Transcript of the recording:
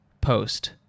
post